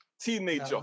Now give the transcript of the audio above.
Teenager